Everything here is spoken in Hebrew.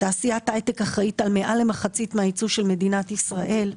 תעשיית ההייטק אחראית על מעל מחצית הייבוא של מדינת ישראל.